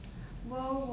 ya I mean